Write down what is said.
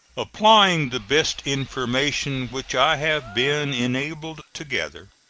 applying the best information which i have been enabled to gather,